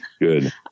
good